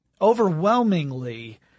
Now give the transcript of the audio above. overwhelmingly